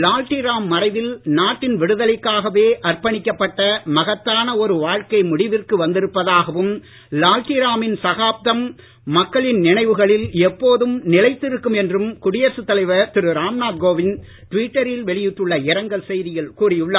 லால்ட்டி ராம் மறைவில் நாட்டின் விடுதலைக்காகவே அர்ப்பணிக்கப்பட்ட மகத்தான ஒரு வாழ்க்கை முடிவிற்கு வந்திருப்பதாகவும் லால்ட்டி ராமின் சகாப்தம் மக்களின் நினைவுகளில் எப்போதும் நிலைத்திருக்கும் என்றும் குடியரசு தலைவர் திரு ராம்நாத் கோவிந்த் டுவிட்டரில் வெளியிட்டுள்ள இரங்கல் செய்தியில் கூறி உள்ளார்